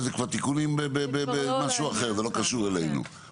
זה כבר תיקונים במשהו אחר זה לא קשור אלינו.